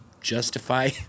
justify